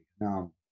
Now